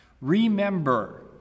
remember